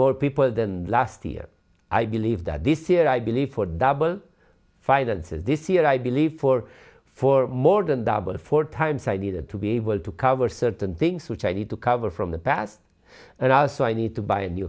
more people than last year i believe that this year i believe for double finances this year i believe for four more than double four times i needed to be able to cover certain things which i need to cover from the past there are so i need to buy a new